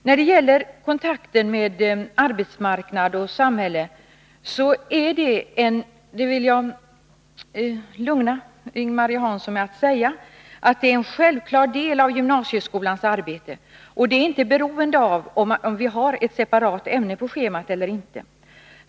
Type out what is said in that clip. Jag vill lugna Ing-Marie Hansson med att säga att kontakter med arbetsmarknad och samhälle är en självklar del av gymnasieskolans arbete, oberoende av om vi har dessa saker med på schemat som separata ämnen eller inte.